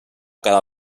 cada